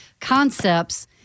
concepts